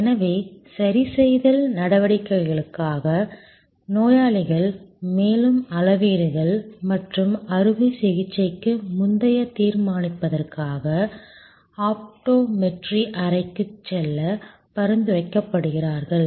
எனவே சரிசெய்தல் நடவடிக்கைகளுக்காக நோயாளிகள் மேலும் அளவீடுகள் மற்றும் அறுவை சிகிச்சைக்கு முந்தைய தீர்மானிப்பதற்காக ஆப்டோமெட்ரி அறைக்குச் செல்ல பரிந்துரைக்கப்படுகிறார்கள்